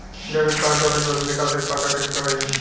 Debit card क PIN बदले खातिर का करेके होई?